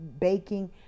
baking